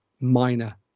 minor